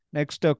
Next